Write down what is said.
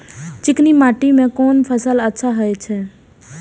चिकनी माटी में कोन फसल अच्छा होय छे?